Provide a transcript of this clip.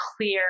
clear